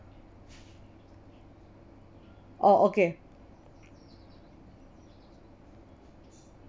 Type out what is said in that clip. oh okay